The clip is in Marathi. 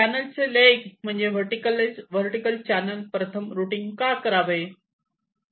चॅनलचे लेग म्हणजे वर्टीकल चॅनल प्रथम रुटींग का करावे